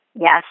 Yes